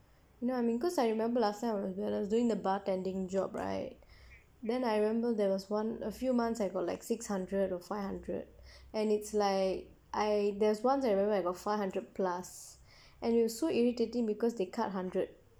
you know what I mean cause I remember last time I was doing the bartending job right then I remember there was one a few months I got like six hundred or five hundred and it's like I there's once I remember I got five hundred plus and it was so irritating because they cut hundred